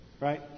right